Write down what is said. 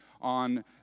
on